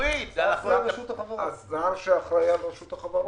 השר שאחראי על רשות החברות,